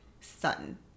Sutton